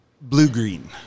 Blue-green